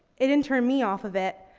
it didn't turn me off of it.